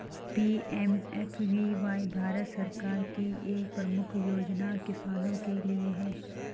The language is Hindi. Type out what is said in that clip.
पी.एम.एफ.बी.वाई भारत सरकार की एक प्रमुख योजना किसानों के लिए है